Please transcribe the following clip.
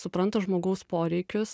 supranta žmogaus poreikius